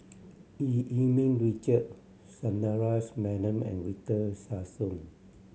Eu Yee Ming Richard Sundaresh Menon and Victor Sassoon